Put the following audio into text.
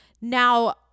Now